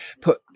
put